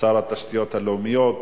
שר התשתיות הלאומיות.